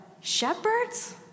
shepherds